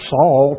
Saul